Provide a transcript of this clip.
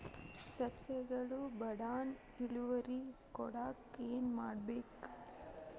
ಸಸ್ಯಗಳು ಬಡಾನ್ ಇಳುವರಿ ಕೊಡಾಕ್ ಏನು ಮಾಡ್ಬೇಕ್?